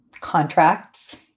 contracts